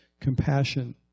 compassion